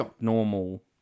normal